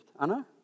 Anna